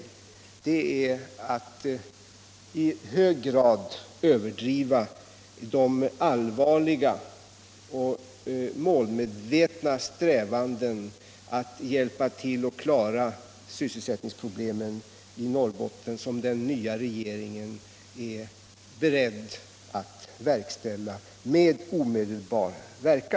Att göra gällande något sådant är att i hög grad misstolka de allvarliga och målmedvetna åtgärder för att hjälpa till att klara sysselsättningsproblemet i Norrbotten som den nya regeringen är beredd att omedelbart vidta.